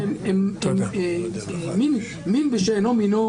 זה חוק שכל המטרה שלו היא לפטור את הממשלה מהמגבלות שמוטלות עליה.